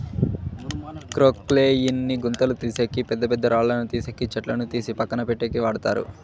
క్రొక్లేయిన్ ని గుంతలు తీసేకి, పెద్ద పెద్ద రాళ్ళను తీసేకి, చెట్లను తీసి పక్కన పెట్టేకి వాడతారు